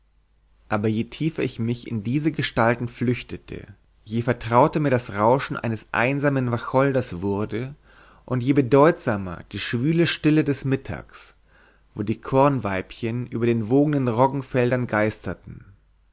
aber je tiefer ich mich in diese gestalten flüchtete je vertrauter mir das rauschen eines einsamen wacholders wurde und je bedeutsamer die schwüle stille des mittags wo die kornweibchen über den wogenden roggenfeldern geistern